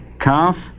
calf